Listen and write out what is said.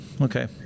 okay